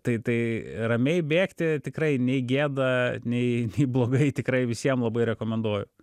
tai tai ramiai bėgti tikrai nei gėda nei nei blogai tikrai visiem labai rekomenduoju